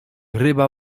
ryba